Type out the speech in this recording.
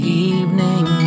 evening